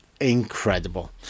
incredible